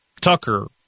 Tucker